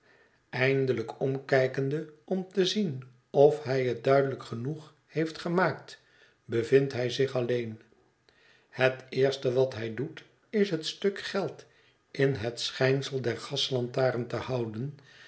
eindelijk omkijkende om te zien of hij het duidelijk genoeg heeft gemaakt bevindt hij zich alleen het eerste wat hij doet is het stuk geld in het schijnsel der gaslantaren te houden